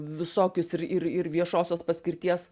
visokius ir ir ir viešosios paskirties